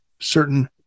certain